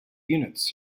units